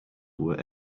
were